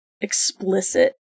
explicit